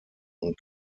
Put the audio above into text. und